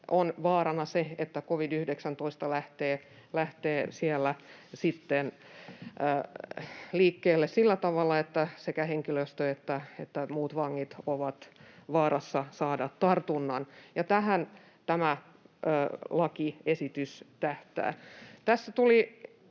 on vaarana, että covid-19 lähtee siellä sitten liikkeelle sillä tavalla, että sekä henkilöstö että muut vangit ovat vaarassa saada tartunnan, ja tähän tämä lakiesitys tähtää.